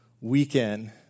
weekend